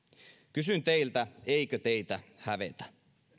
kysyn teiltä eikö teitä hävetä